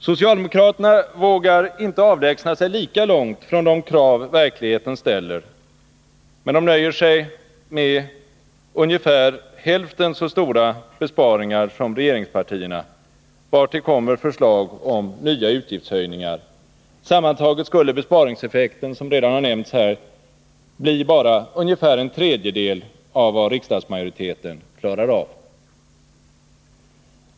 Socialdemokraterna vågar inte avlägsna sig lika långt från de krav verkligheten ställer. De nöjer sig med ungefär hälften så stora besparingar som regeringspartierna, vartill kommer förslag om nya utgiftshöjningar. Sammantaget skulle besparingseffekten, som redan har nämnts här, bli bara ungefär en tredjedel av vad riksdagsmajoriteten klarar av.